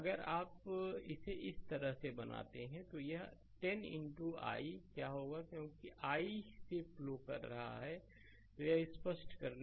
तो अगर आप इसे इस तरह से बनाते हैं तो यह 10 इनटू i क्या होगा क्योंकि i से फ्लो हो रहा है यह स्पष्ट करने दे